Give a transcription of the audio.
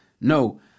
no